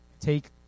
take